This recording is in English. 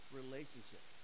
relationship